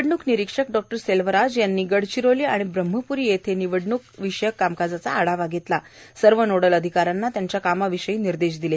निवडणूक निरीक्षक डॉ सेल्वराज यांनी गडचिरोली व ब्रह्मप्री येथे निवडणूकविषयक कामकाजाचा आढावा घेतला व सर्व नोडल अधिकाऱ्यांना त्यांच्या कामाविषयी निर्देश दिले